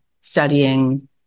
studying